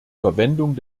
verwendung